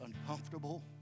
uncomfortable